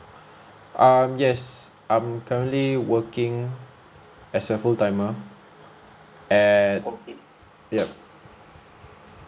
um yes I'm currently working as a full timer at ya